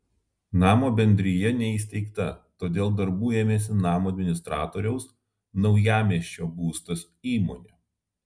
namo bendrija neįsteigta todėl darbų ėmėsi namo administratoriaus naujamiesčio būstas įmonė